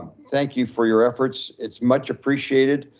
thank you for your efforts. it's much appreciated.